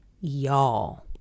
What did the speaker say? Y'all